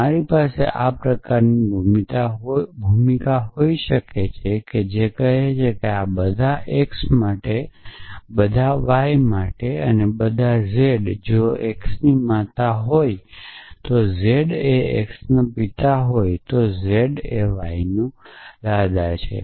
મારી પાસે આ પ્રકારની ભૂમિકા હોઈ શકે છે જે કહે છે કે બધા x માટે બધા y માટે બધા ઝેડ જો X ની માતા હોય અને z એ x નો પિતા હોય તો z એ yના દાદા છે